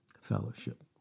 fellowship